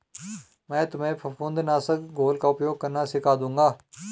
मैं तुम्हें फफूंद नाशक घोल का उपयोग करना सिखा दूंगा